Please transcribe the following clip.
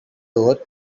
door